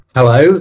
Hello